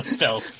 No